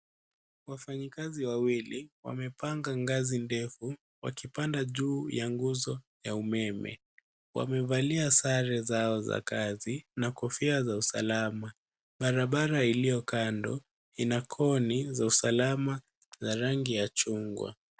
Wafanyikazi wawili, wamepanga ngazi ndefu wakipanda juu ya nguzo ya umeme. Wamevalia sare zao za kazi. Na kofia za usalama , barabara iliyokando, ina koni za usalama za rangi ya chungwa.